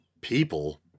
people